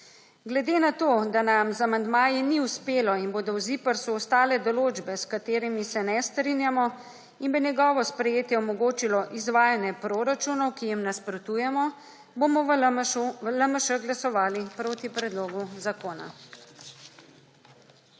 Glede na to, da nam z amandmaji ni uspelo in bodo v ZIPRS ostale določbe, s katerimi se ne strinjamo, in bi njegovo sprejetje omogočilo izvajanje proračunov, ki jim nasprotujemo, bomo v LMŠ glasovali proti predlogu zakona.